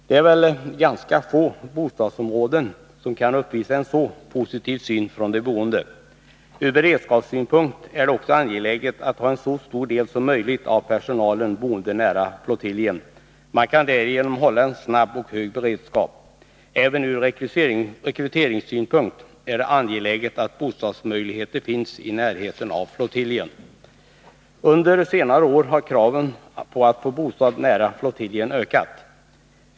Det är väl ganska få bostadsområden som kan uppvisa en så positiv syn från de boende. Ur beredskapssynpunkt är det också angeläget att ha en så stor del som möjligt av personalen boende nära flottiljen. Man kan därigenom hålla en snabb och hög beredskap. Även ur rekryteringssynpunkt är det angeläget att bostadsmöjligheter finns i närheten av flottiljen. Under senare år har kraven på att få bostad nära flottiljen ökat.